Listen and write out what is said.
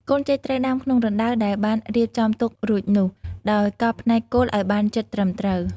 កូនចេកត្រូវដាំក្នុងរណ្តៅដែលបានរៀបចំទុករួចនោះ ដោយកប់ផ្នែកគល់ឱ្យបានជិតត្រឹមត្រូវ។